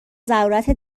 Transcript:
ضرورت